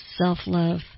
self-love